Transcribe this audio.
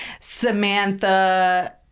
Samantha